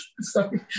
Sorry